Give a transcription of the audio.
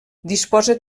disposa